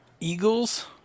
Eagles